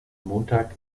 montag